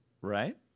Right